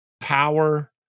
power